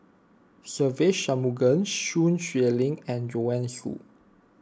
Se Ve Shanmugam Sun Xueling and Joanne Soo